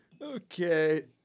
Okay